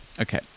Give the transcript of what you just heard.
Okay